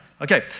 Okay